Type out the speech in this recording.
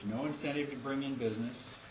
no incentive to bring in business